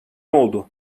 oldu